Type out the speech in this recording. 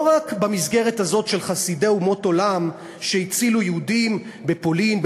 לא רק במסגרת הזאת של חסידי אומות עולם שהצילו יהודים בפולין,